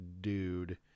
dude